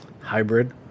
hybrid